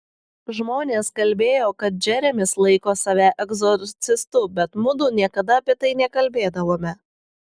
žmonės kalbėjo kad džeremis laiko save egzorcistu bet mudu niekada apie tai nekalbėdavome